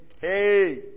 Hey